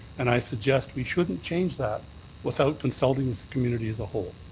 and i suggest we shouldn't change that without consulting with the community as a whole.